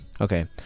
Okay